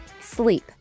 Sleep